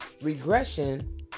Regression